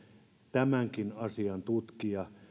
tämänkin asian tutkia